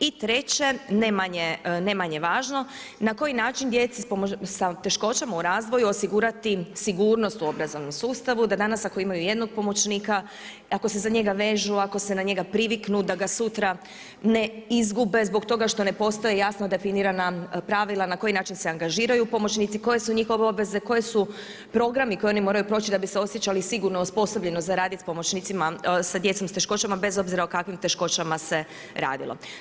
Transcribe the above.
I treće ne manje važno na koji način djeci sa teškoćama u razvoju osigurati sigurnost u obrazovnom sustavu, da danas ako imaju jednog pomoćnika, ako se za njega vežu, ako se na njega priviknu da ga sutra ne izgube zbog toga što ne postoji jasno definirana pravila na koji način se angažiraju pomoćnici, koje su njihove obveze, koji su programi koje oni moraju proći da bi se osjećali sigurno osposobljeno za radit sa djecom sa teškoćama bez obzira o kakvim teškoćama se radilo.